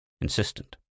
insistent